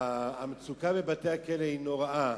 המצוקה בבתי-הכלא היא נוראה,